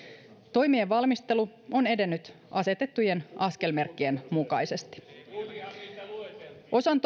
toimien valmistelu on edennyt asetettujen askelmerkkien mukaisesti toimenpiteistä osan